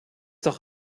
doch